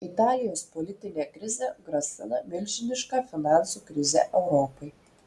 italijos politinė krizė grasina milžiniška finansų krize europai